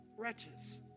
Wretches